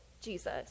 Jesus